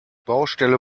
baustelle